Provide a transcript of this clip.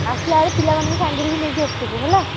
ଆସିଲା ବେଳେ ପିଲାମାନଙ୍କୁ ସାଙ୍ଗରେ ବି ନେଇକି ଆସିଥିବୁ ହେଲା